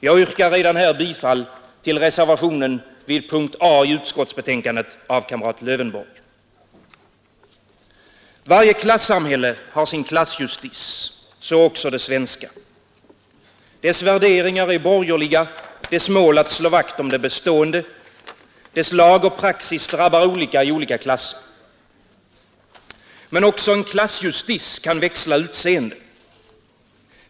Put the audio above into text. Jag yrkar redan här bifall till reservationen 1 vid punkten A i betänkandet av kamrat Lövenborg. Varje klassamhälle har sin klassjustis, så också det svenska. Dess värderingar är borgerliga, dess mål att slå vakt om det bestående, dess lag och praxis drabbar olika i olika klasser. Men också en klassjustis kan växla utseende.